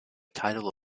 title